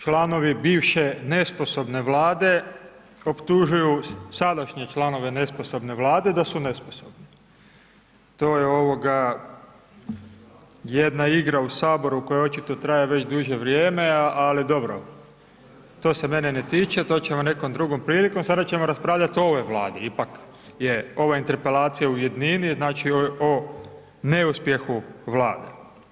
Članovi bivše nesposobne Vlade optužuju sadašnje članove nesposobne Vlade da su nesposobni, to je jedna igra u HS koja očito traje već duže vrijeme, ali dobro, to se mene ne tiče, to ćemo nekom drugom prilikom, sada ćemo raspravljat o ovoj Vladi, ipak je ova interpelacija u jednini, znači, o neuspjehu Vlade.